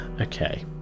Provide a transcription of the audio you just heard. Okay